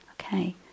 okay